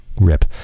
rip